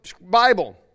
Bible